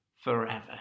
forever